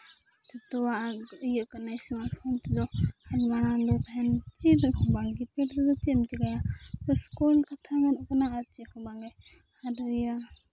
ᱡᱚᱛᱚᱣᱟᱜ ᱤᱭᱟᱹᱜ ᱠᱟᱱᱟ ᱥᱢᱟᱨᱴ ᱯᱷᱳᱱ ᱛᱮᱫᱚ ᱢᱟᱲᱟᱝ ᱫᱚ ᱛᱟᱦᱮᱱ ᱪᱮᱫ ᱦᱚᱸ ᱵᱟᱝ ᱜᱮ ᱠᱤᱯᱮᱰ ᱛᱮᱫᱚ ᱪᱮᱫ ᱮᱢ ᱪᱤᱠᱟᱭᱟ ᱥᱩᱫᱷᱩ ᱠᱟᱛᱷᱟ ᱦᱩᱭᱩᱜ ᱠᱟᱱᱟ ᱟᱨ ᱪᱮᱫ ᱦᱚᱸ ᱵᱟᱝᱜᱮ